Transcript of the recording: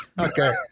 Okay